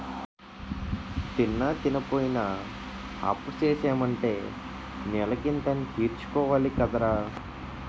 తిన్నా, తినపోయినా అప్పుసేసాము అంటే నెలకింత అనీ తీర్చుకోవాలి కదరా